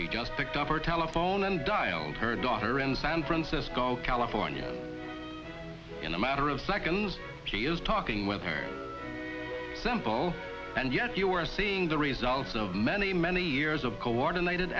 she just picked up her telephone and dialed her daughter in san francisco california in a matter of seconds she is talking with her simple and yes you are seeing the results of many many years of coordinated